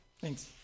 thanks